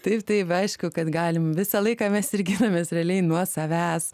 taip taip aišku kad galim visą laiką mes ir ginamės realiai nuo savęs